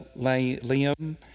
Liam